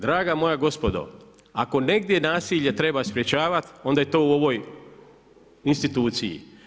Draga moja gospodo, ako negdje nasilje treba sprečavati, onda je to u ovoj instituciji.